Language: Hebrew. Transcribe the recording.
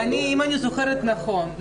אם אני זוכרת נכון,